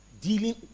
dealing